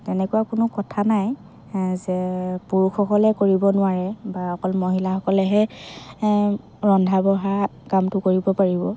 তেনেকুৱাও কোনো কথা নাই যে পুৰুষসকলে কৰিব নোৱাৰে বা অকল মহিলাসকলেহে ৰন্ধা বঢ়া কামটো কৰিব পাৰিব